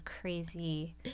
crazy